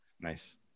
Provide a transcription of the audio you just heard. Nice